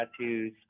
tattoos